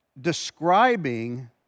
describing